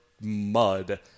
mud